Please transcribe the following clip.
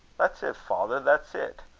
that's it, father that's it!